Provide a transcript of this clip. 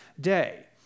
day